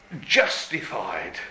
justified